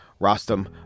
Rostam